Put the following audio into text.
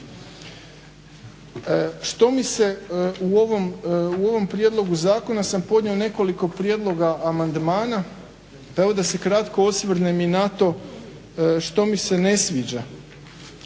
poznati. U ovom prijedlogu zakona sam podnio nekoliko prijedloga amandmana. Evo da se kratko osvrnem i na to što mi se ne sviđa.